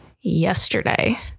yesterday